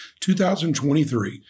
2023